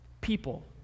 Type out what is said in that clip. people